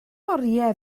oriau